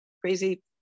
crazy